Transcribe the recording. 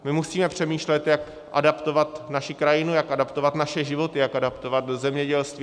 My musíme přemýšlet, jak adaptovat naši krajinu, jak adaptovat naše životy, jak adaptovat zemědělství.